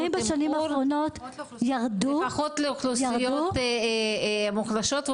לפחות לאוכלוסיות מוחלשות.